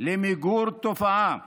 למיגור תופעה